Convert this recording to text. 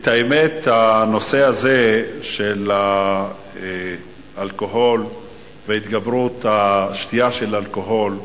האמת שהנושא הזה של האלכוהול והתגברות השתייה של אלכוהול,